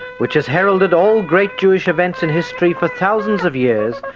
which has heralded all great jewish events in history for thousands of years,